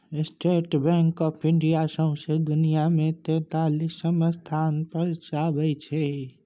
state Bank of India सौंसे दुनियाँ मे तेतालीसम स्थान पर अबै छै